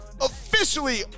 officially